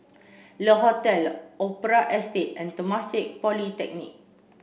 Le Hotel Opera Estate and Temasek Polytechnic